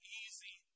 easy